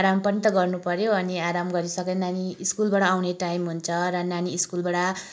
आराम पनि त गर्नु पऱ्यो अनि आराम गरिसकेर नानी स्कुलबाट आउने टाइम हुन्छ र नानी स्कुलबाट